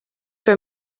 were